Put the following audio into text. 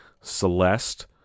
Celeste